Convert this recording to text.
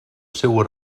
seua